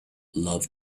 love